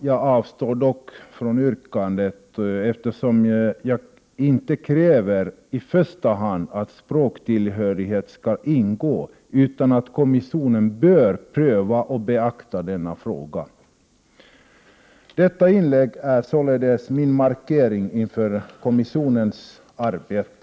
Jag avstår dock från ett yrkande, eftersom jag inte i första hand kräver att språktillhörighet skall ingå, utan att kommissionen bör pröva och beakta denna fråga. Detta inlägg är således min markering inför kommissionens arbete.